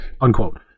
unquote